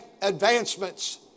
advancements